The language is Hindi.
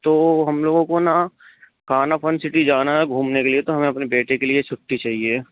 तो हम लोगों को न कानापन सीटी जाना है घूमने के लिए तो हमें अपने बेटे के लिए छुट्टी चाहिए